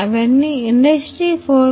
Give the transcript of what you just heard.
అవన్నీ ఇండస్ట్రీ 4